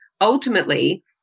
ultimately